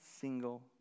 single